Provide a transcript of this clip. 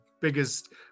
biggest